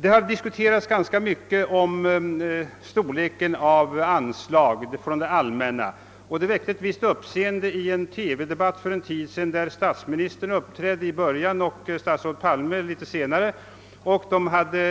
Det har också ganska mycket diskuterats vilken storlek det allmännas anslag till idrotten uppgår till. För en tid sedan väckte det ett visst uppseende i en TV-debatt att statsministern, som uppträdde i början av debatten, och statsrådet Palme, som kom litet senare, hade en